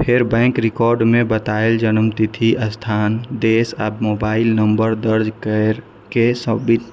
फेर bank record मे बतायल जन्मतिथि, स्थान, देश आ मोबाइल नंबर दर्ज कैर के सबमिट